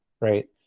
right